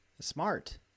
Smart